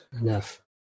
enough